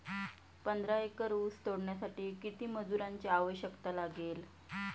पंधरा एकर ऊस तोडण्यासाठी किती मजुरांची आवश्यकता लागेल?